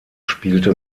spielte